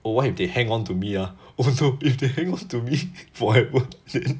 or what if they hang on to me ah oh no if they hang on to me forever